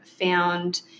found